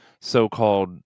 so-called